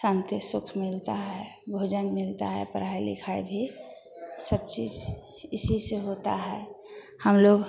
शांती सुख मिलता है भोजन मिलता है पढ़ाई लिखाई भी सब चीज़ इसी से होता है हम लोग